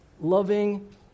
loving